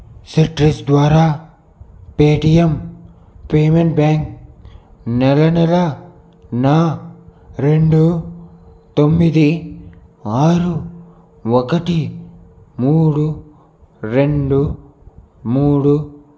citrus ద్వారా Paytm payment bank నెలనెలా నా రెండు తొమ్మిది ఆరు ఒకటి మూడు రెండు మూడు